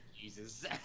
Jesus